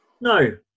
No